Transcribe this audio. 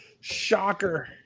Shocker